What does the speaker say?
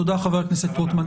תודה חבר הכנסת רוטמן.